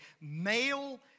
male